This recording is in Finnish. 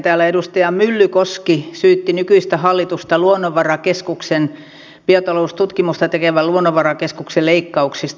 täällä edustaja myllykoski syytti nykyistä hallitusta biotaloustutkimusta tekevän luonnonvarakeskuksen leikkauksista